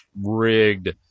rigged